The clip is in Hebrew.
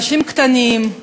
אנשים קטנים,